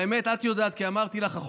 והאמת, את יודעת, כי אמרתי לך.